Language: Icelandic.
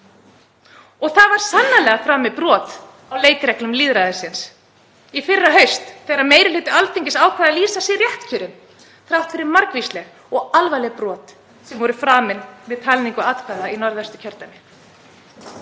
og það var sannarlega framið brot á leikreglum lýðræðisins í fyrrahaust þegar meiri hluti Alþingis ákvað að lýsa sig réttkjörinn þrátt fyrir margvísleg og alvarleg brot sem voru framin við talningu atkvæða í Norðvesturkjördæmi.